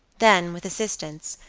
then with assistants,